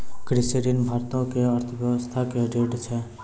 कृषि ऋण भारतो के अर्थव्यवस्था के रीढ़ छै